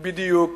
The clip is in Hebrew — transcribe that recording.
בדיוק